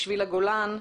משביל הגולן,